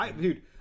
Dude